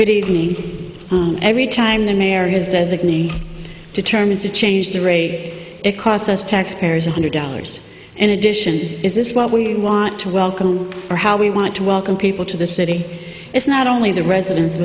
good evening everytime the mayor his designee determines to change the rake it cost us taxpayers a hundred dollars in addition is this what we want to welcome or how we want to welcome people to the city it's not only the residents